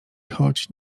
choć